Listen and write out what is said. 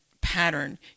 pattern